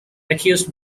accused